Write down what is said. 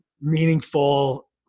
meaningful